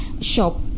Shop